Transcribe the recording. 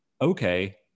okay